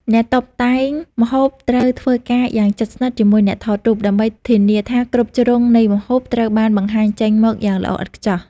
អ្នកតុបតែងម្ហូបត្រូវធ្វើការយ៉ាងជិតស្និទ្ធជាមួយអ្នកថតរូប ដើម្បីធានាថាគ្រប់ជ្រុងនៃម្ហូបត្រូវបានបង្ហាញចេញមកយ៉ាងល្អឥតខ្ចោះ។